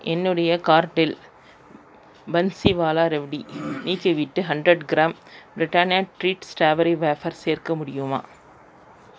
என்னுடைய கார்ட்டில் பன்ஸிவாலா ரெவ்டி நீக்கிவிட்டு hundred gram Britannia treat strawberry wafer சேர்க்க முடியுமா